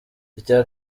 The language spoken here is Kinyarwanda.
icya